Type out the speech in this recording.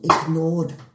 ignored